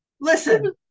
Listen